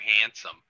handsome